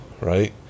right